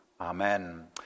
Amen